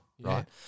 right